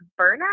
burnout